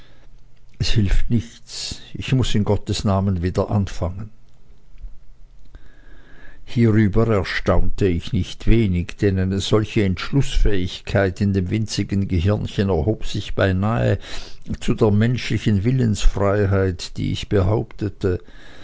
es hilft nichts ich muß in gottes namen wieder anfangen hierüber erstaunte ich nicht wenig denn eine solche entschlußfähigkeit in dem winzigen gehirnchen erhob sich beinahe zu der menschlichen willensfreiheit die ich behauptete